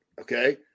okay